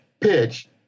pitch